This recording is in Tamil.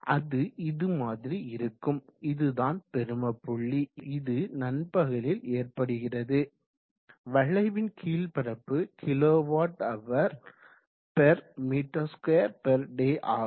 அது இதுமாதிரி இருக்கும் இதுதான் பெரும புள்ளி இது நண்பகலில் ஏற்படுகிறது வளைவின் கீழ் பரப்பு kWhm2day ஆகும்